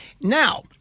Now